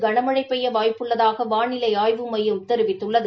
கனமழை பெய்ய வாய்ப்பு உள்ளதாக வாளிலை ஆய்வு மையம் தெிவித்துள்ளது